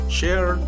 share